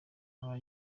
araba